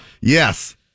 Yes